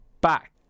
back